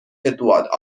edward